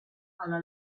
alla